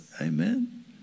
Amen